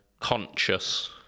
conscious